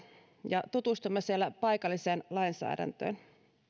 ja tutustuimme siellä paikalliseen lainsäädäntöön